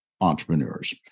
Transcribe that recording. entrepreneurs